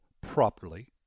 properly